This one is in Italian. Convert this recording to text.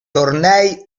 tornei